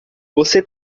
você